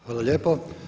Hvala lijepo.